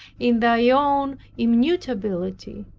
in thy own immutability.